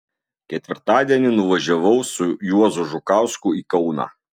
ketvirtadienį nuvažiavau su juozu žukausku į kauną